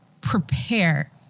prepare